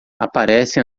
aparece